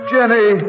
Jenny